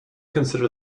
consider